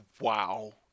wow